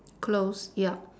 close yup